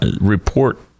Report